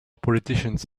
politicians